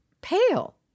pale